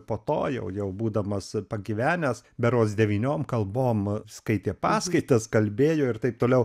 po to jau jau būdamas pagyvenęs berods devyniom kalbom skaitė paskaitas kalbėjo ir taip toliau